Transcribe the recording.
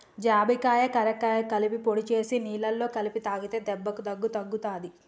జాజికాయ కరక్కాయ కలిపి పొడి చేసి నీళ్లల్ల కలిపి తాగితే దెబ్బకు దగ్గు తగ్గుతది